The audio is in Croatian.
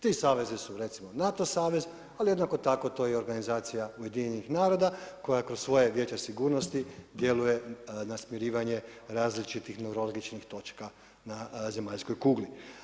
Ti savezi su recimo NATO savez, ali jednako tako to je i organizacija UN-a koja kroz svoja Vijeće sigurnosti djeluje na smirivanje različitih … točka na zemaljskoj kugli.